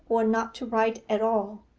or not to write at all?